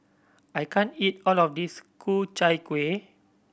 I can't eat all of this Ku Chai Kuih